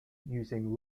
using